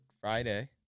Friday